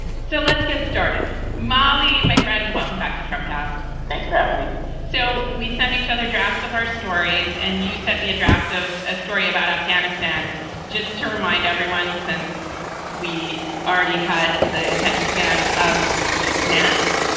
so let's get started. molly, my friend, welcome back to trump cast. thanks for having me so we send each other drafts of our stories, and you sent me a draft of a story about afghanistan just to remind everyone, since we already had the attention span of gnats.